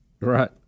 right